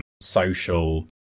social